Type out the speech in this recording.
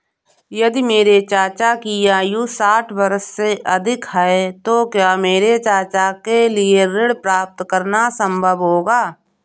यदि मेरे चाचा की आयु साठ वर्ष से अधिक है तो क्या मेरे चाचा के लिए ऋण प्राप्त करना संभव होगा?